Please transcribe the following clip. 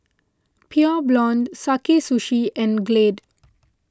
Pure Blonde Sakae Sushi and Glade